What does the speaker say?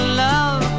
love